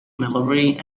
military